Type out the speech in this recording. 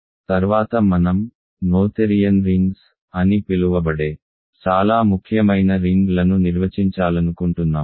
తర్వాత మనం Noetherian rings అని పిలువబడే చాలా ముఖ్యమైన రింగ్లను నిర్వచించాలనుకుంటున్నాము